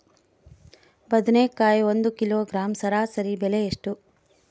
ಬದನೆಕಾಯಿ ಒಂದು ಕಿಲೋಗ್ರಾಂ ಸರಾಸರಿ ಬೆಲೆ ಎಷ್ಟು?